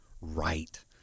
right